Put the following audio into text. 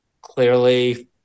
clearly